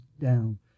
down